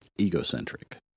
egocentric